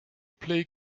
play